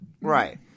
Right